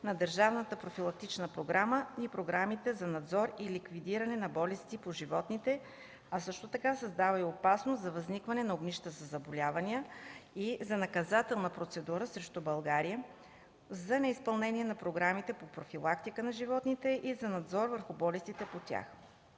на Държавната профилактична програма и програмите за надзор и ликвидиране на болести по животните, а също така създава и опасност от възникване на огнища от заболявания и от наказателна процедура срещу България за неизпълнение на програмите по профилактика на животните и за надзор върху болестите по тях.